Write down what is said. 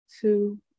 Two